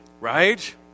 right